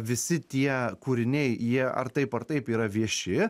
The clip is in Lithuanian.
visi tie kūriniai jie ar taip ar taip yra vieši